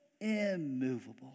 immovable